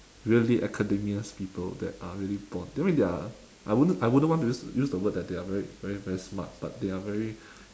really academias people that are really born I mean they are I wouldn't I wouldn't want to use use the word that they are very very smart but they are very